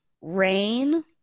Rain